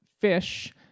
fish